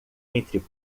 entre